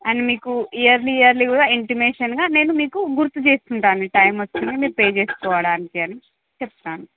and మీకు yearly yearly కూడా ఇంటిమేషన్గా నేను మీకు గుర్తు చేస్తుంటాను టైమ్ వస్తుంది మీరు పే చేసుకోవడానికి అని చెప్తాను